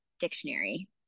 dictionary